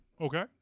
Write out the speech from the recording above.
Okay